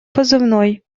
позывной